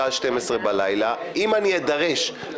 עבדתם קשה --- אל תדאג.